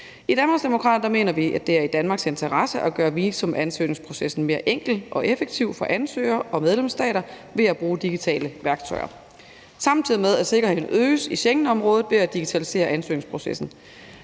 I Danmarksdemokraterne mener vi, at det er i Danmarks interesse at gøre visumansøgningsprocessen mere enkel og effektiv for ansøgere og medlemsstater ved at bruge digitale værktøjer, samtidig med at sikkerheden øges i Schengenområdet ved at digitalisere ansøgningsprocessen.